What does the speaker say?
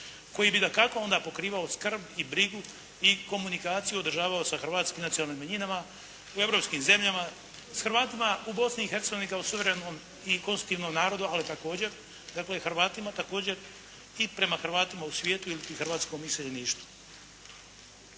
koji bi dakako onda pokrivao skrb i brigu i komunikaciju održavao sa hrvatskim nacionalnim manjinama u europskim zemljama, s Hrvatima u Bosni i Hercegovini kao suverenom i konstitutivnom narodu ali također, dakle Hrvatima, također i prema Hrvatima u svijetu i hrvatskom iseljeništvu.